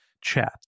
chat